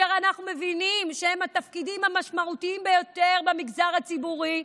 שאנחנו מבינים שהם התפקידים המשמעותיים ביותר במגזר הציבורי,